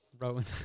Rowan